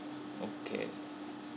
okay